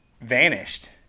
vanished